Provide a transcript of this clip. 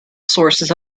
sources